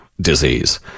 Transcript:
disease